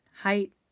height